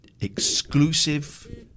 Exclusive